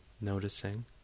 noticing